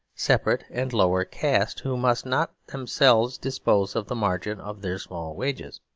separate, and lower caste, who must not themselves dispose of the margin of their small wages.